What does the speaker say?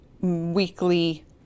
weekly